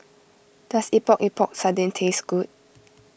does Epok Epok Sardin taste good